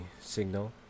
signal